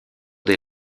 des